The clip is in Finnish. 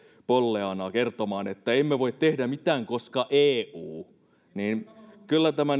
polleana kertomaan että emme voi tehdä mitään koska eu eli kyllä tämä